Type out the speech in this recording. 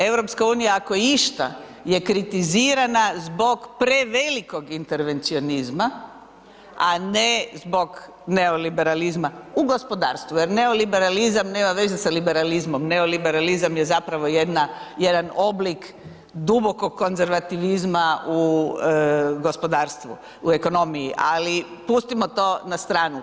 EU ako je išta, je kritizirana zbog prevelikog intervencionizma, a ne zbog neoliberalizma, u gospodarstvu, jer neoliberalizam nema veze sa liberalizmom, neoliberalizam je zapravo jedan oblik dubokog konzervativizma u gospodarstvu, u ekonomiji, ali pustimo to na stranu.